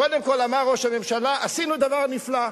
קודם כול אמר ראש הממשלה, עשינו דבר נפלא,